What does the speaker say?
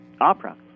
Opera